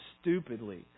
Stupidly